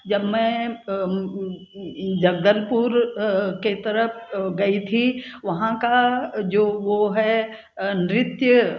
जब मैं जबलपुर के तरफ़ गई थी वहाँ का जो वो है नृत्य